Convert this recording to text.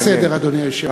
הערה לסדר, אדוני היושב-ראש.